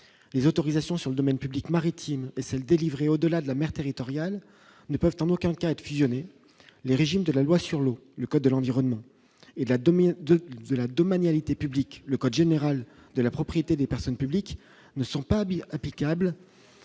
les autorisations sur le domaine public maritime et celle délivrée au-delà de la mer territoriale ne peuvent en aucun cas être fusionner les régimes de la loi sur l'eau, le code de l'environnement et la 2002 de la domanial était publics le code général de la propriété des personnes publiques ne sont pas bien applicable